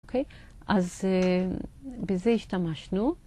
אוקיי, אז בזה השתמשנו.